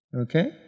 okay